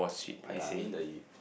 ya I mean the u~